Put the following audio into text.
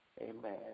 Amen